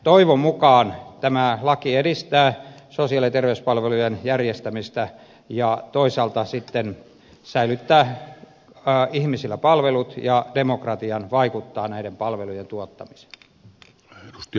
toivon mukaan tämä laki edistää sosiaali ja terveyspalvelujen järjestämistä ja toisaalta sitten säilyttää ihmisillä palvelut ja demokratian vaikuttaa näiden palvelujen tuottamiseen